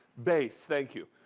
base, thank you.